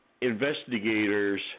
investigators